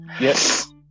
Yes